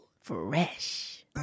Fresh